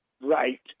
Right